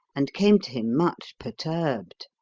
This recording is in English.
and came to him, much perturbed.